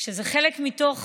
כשזה חלק מתוך